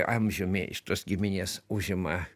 amžiumi iš tos giminės užima